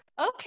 okay